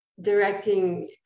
directing